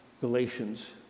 Galatians